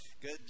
Good